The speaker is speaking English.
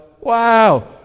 wow